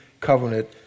covenant